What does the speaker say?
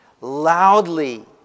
loudly